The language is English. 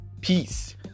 Peace